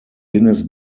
guinness